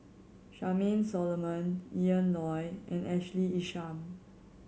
Charmaine Solomon Ian Loy and Ashley Isham